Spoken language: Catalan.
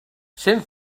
cent